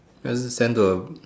then just send to a